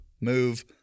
move